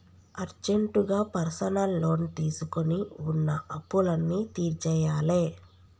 అర్జెంటుగా personal loan తీసుకొని వున్న అప్పులన్నీ తీర్చేయ్యాలే